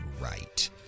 right